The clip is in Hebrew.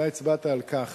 אתה הצבעת על כך